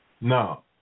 Now